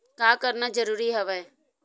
का करना जरूरी हवय?